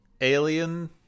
alien